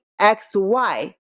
XY